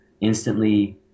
instantly